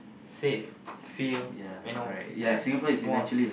safe feel you know that was